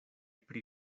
pri